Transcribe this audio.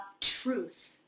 truth